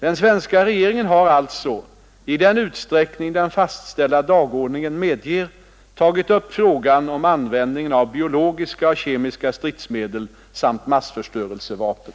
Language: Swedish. Den svenska regeringen har alltså — i den utsträckning den fastställda dagordningen medger — tagit upp frågan om användningen av biologiska och kemiska stridsmedel samt massförstörelsevapen.